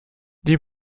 die